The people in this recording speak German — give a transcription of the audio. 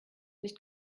nicht